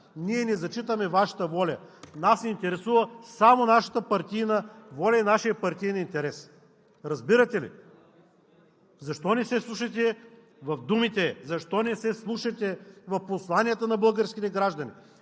ние не зачитаме Вашата воля! Нас ни интересува само нашата партийна воля и нашия партиен интерес!“ Разбирате ли? Защо не се вслушате в думите? Защо не се вслушате в посланията на българските граждани?